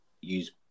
use